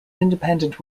independent